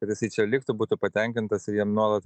kad jisai čia liktų būtų patenkintas ir jam nuolat